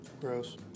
Gross